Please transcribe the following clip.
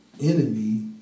enemy